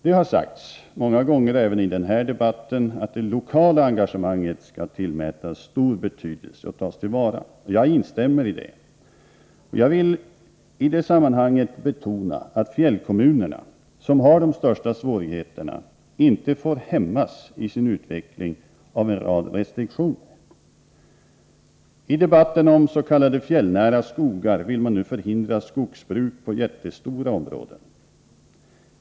Det har sagts många gånger, även i denna debatt, att det lokala engagemanget skall tillmätas stor betydelse och tas till vara. Jag instämmer i det. Jag vill i detta sammanhang betona att fjällkommunerna, som har de största svårigheterna, inte får hämmas i sin utveckling av en rad restriktioner. I debatten om s.k. fjällnära skogar framförs nu kravet att man skall förhindra skogsbruk på jättestora områden.